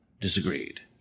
disagreed